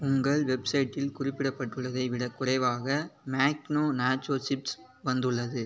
உங்கள் வெப்சைட்டில் குறிப்பிடப்பட்டுள்ளதை விடக் குறைவாக மேக்னோ நேச்சோ சிப்ஸ் வந்துள்ளது